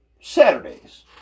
Saturdays